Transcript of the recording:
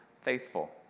faithful